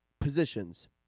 positions